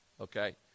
okay